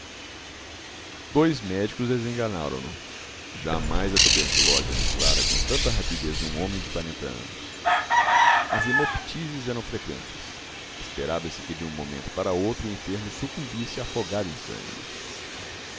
dois médicos desenganaram no jamais a tuberculose aniquilara com tanta rapidez um homem de quarenta anos as hemoptises eram freqüentes esperava-se que de um momento para outro o enfermo sucumbisse afogado em sangue